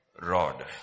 rod